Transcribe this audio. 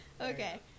Okay